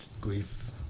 grief